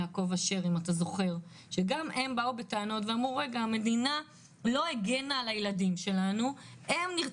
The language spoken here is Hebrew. הן אמרו שהמדינה לא הגנה על הילדים שלהם מלמות